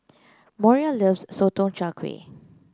Moriah loves Sotong Char Kway